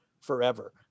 forever